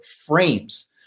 frames